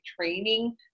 training